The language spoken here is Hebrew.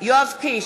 יואב קיש,